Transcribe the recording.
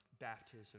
baptism